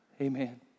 Amen